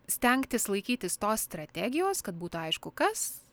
stengtis laikytis tos strategijos kad būtų aišku kas